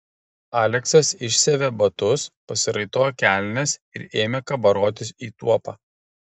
aleksas išsiavė batus pasiraitojo kelnes ir ėmė kabarotis į tuopą